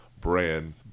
brand